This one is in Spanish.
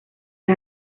los